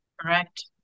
correct